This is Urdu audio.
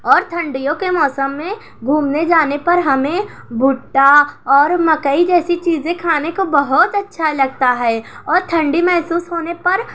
اور ٹھنڈیوں کے موسم میں گھومنے جانے پر ہمیں بھٹا اور مکئی جیسی چیزیں کھانے کو بہت اچھا لگتا ہے اور ٹھنڈی محسوس ہونے پر